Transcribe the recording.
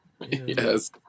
Yes